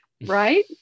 Right